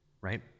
right